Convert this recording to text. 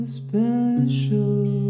special